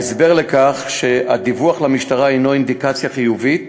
ההסבר לכך הוא שהדיווח למשטרה הוו אינדיקציה חיובית